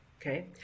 Okay